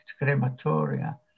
crematoria